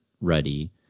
ready